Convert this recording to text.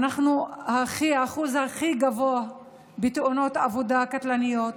אצלנו האחוז הכי גבוה בתאונות עבודה קטלניות.